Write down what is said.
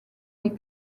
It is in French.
les